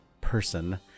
person